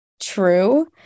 true